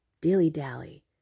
dilly-dally